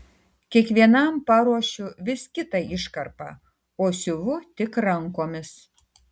kiekvienam paruošiu vis kitą iškarpą o siuvu tik rankomis